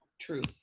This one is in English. truth